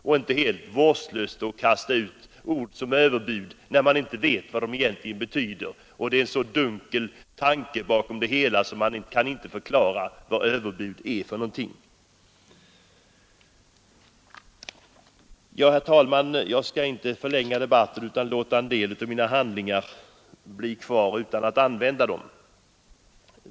Man skall inte vårdslöst kasta ut ordet överbud när man inte vet vad det politiska åtgärder betyder. Det är en så dunkel tanke bakom, att man inte kan förklara vad överbud är för någonting. Herr talman! Jag skall inte ytterligare förlänga debatten, utan låta en del av mina handlingar ligga oanvända.